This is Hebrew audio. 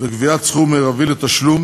וקביעת סכום מרבי לתשלום),